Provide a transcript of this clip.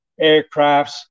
aircrafts